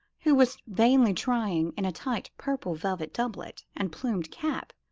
who was vainly trying, in a tight purple velvet doublet and plumed cap,